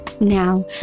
Now